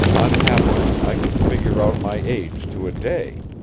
unhappily i can figure out my age to a day.